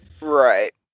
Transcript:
Right